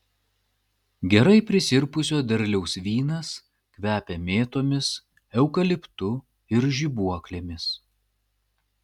gerai prisirpusio derliaus vynas kvepia mėtomis eukaliptu ir žibuoklėmis